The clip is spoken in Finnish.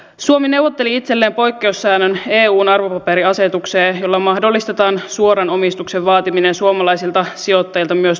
suomi neuvotteli itselleen eun arvopaperiasetukseen poikkeussäännön jolla mahdollistetaan suoran omistuksen vaatiminen suomalaisilta sijoittajilta myös tulevaisuudessa